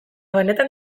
benetan